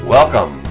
Welcome